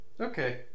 okay